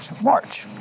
March